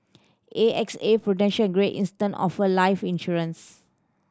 A X A Prudential Great Eastern offer life insurance